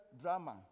drama